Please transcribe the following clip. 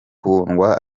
kundwa